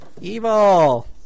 Evil